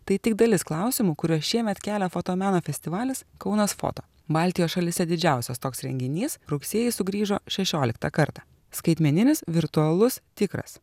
tai tik dalis klausimų kuriuos šiemet kelia fotomeno festivalis kaunas foto baltijos šalyse didžiausias toks renginys rugsėjį sugrįžo šešioliktą kartą skaitmeninis virtualus tikras